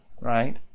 right